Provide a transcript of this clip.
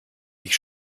ich